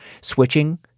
Switching